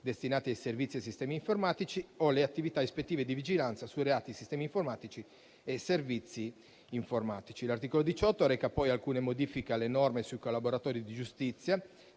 destinati ai servizi e ai sistemi informatici o le attività ispettive e di vigilanza sui reati contro i sistemi informatici e i servizi informatici. L'articolo 18 reca poi alcune modifiche alle norme sui collaboratori di giustizia,